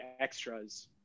extras